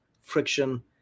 friction